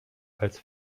als